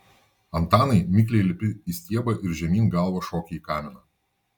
antanai mikliai lipi į stiebą ir žemyn galva šoki į kaminą